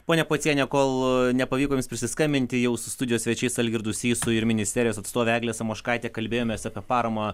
ponia pocienė kol nepavyko jums prisiskambinti jau su studijos svečiais algirdu sysu ir ministerijos atstove egle samoškaite kalbėjomės apie paramą